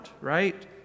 right